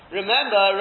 remember